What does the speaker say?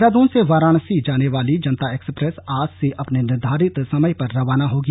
देहरादून से वाराणसी जाने वाली जनता एक्सप्रैस आज से अपने निर्धारित समय पर रवाना होगी